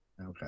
okay